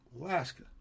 Alaska